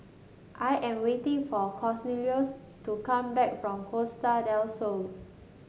I am waiting for Cornelius to come back from Costa Del Sol